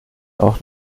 auch